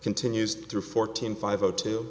continues through fourteen five o two